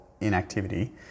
inactivity